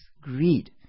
greed